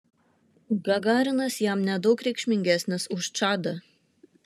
gagarinas jam nedaug reikšmingesnis už čadą